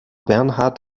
bernhard